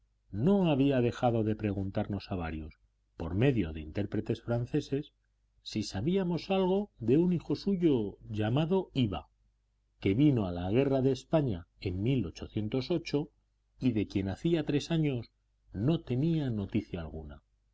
no había dejado de preguntarnos a varios por medio de intérpretes franceses si sabíamos algo de un hijo suyo llamado iwa que vino a la guerra de españa en y de quien hacía tres años no tenía noticia alguna